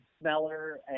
smeller